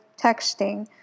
Texting